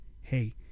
hey